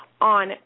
on